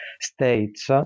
states